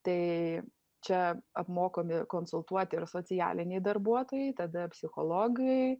tai čia apmokomi konsultuoti ir socialiniai darbuotojai tada psichologai